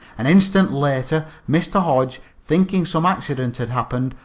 an instant later mr. hodge, thinking some accident had happened,